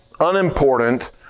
unimportant